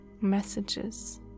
messages